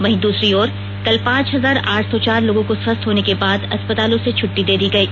वहीं दूसरी ओर कल पांच हजार आठ सौ चार लोगों को स्वस्थ होने के बाद अस्पतालों से छुट्टी दे दी गयी